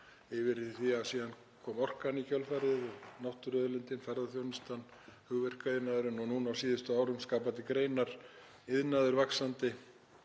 yfir í það að síðan kom orkan í kjölfarið, náttúruauðlindir, ferðaþjónustan, hugverkaiðnaðurinn og núna á síðustu árum skapandi greinar, vaxandi